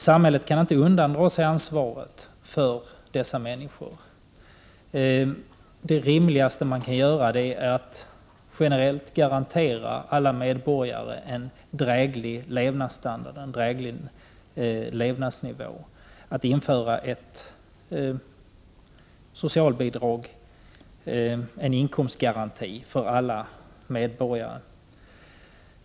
Samhället kan inte undandra sig ansvaret för dessa människor. Det rimligaste är att alla medborgare generellt garanteras en dräglig levnadsstandard och att ett socialbidrag, en inkomstgaranti, införs för alla medborgare.